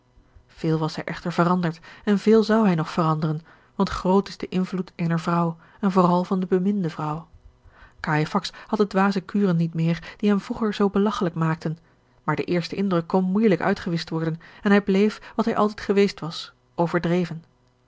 was hij echter vergeorge een ongeluksvogel anderd en veel zou hij nog veranderen want groot is de invloed eener vrouw en vooral van de beminde vrouw cajefax had de dwaze kuren niet meer die hem vroeger zoo belagchelijk maakten maar de eerste indruk kon moeijelijk uitgewischt worden en hij bleef wat hij altijd geweest was overdreven